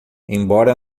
embora